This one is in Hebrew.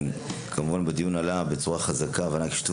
כמובן שבדיון עלתה בצורה חזקה ההבנה לשיתוף